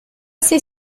c’est